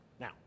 Now